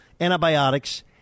antibiotics